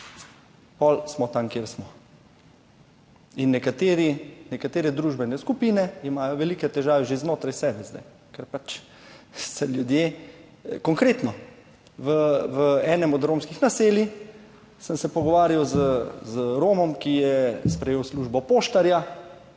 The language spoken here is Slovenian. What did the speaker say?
potem smo tam, kjer smo. Nekatere družbene skupine imajo velike težave že znotraj sebe zdaj. Konkretno v enem od romskih naselij sem se pogovarjal z Romom, ki je sprejel službo poštarja,